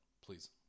please